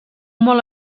molt